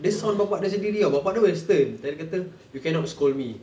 dia sound bapa dia sendiri [tau] bapa dia western dia kata you cannot scold me